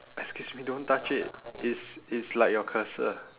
excuse me don't touch it it's it's like your cursor